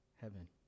heaven